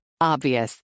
Obvious